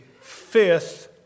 fifth